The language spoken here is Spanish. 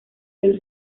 del